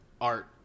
art